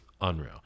unreal